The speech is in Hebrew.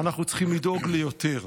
ואנחנו צריכים לדאוג ליותר.